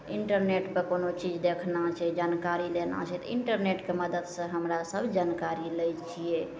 इन्टरनेटपर कोनो चीज देखना छै जानकारी लेना छै तऽ इन्टरनेटके मदतिसे हमरासभ जानकारी लै छिए